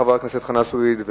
חבר הכנסת חנא סוייד,